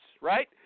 right